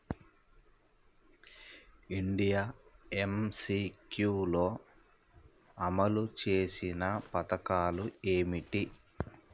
India MCQ లో అమలు చేసిన పథకాలు ఏమిటి?